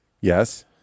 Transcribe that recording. Yes